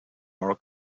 more